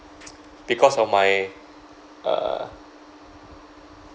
because of my uh